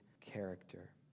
character